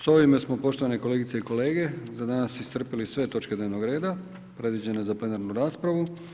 S ovime smo poštovane kolegice i kolege, za danas iscrpili sve točke dnevnog reda predviđene za plenarnu raspravu.